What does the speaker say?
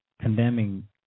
condemning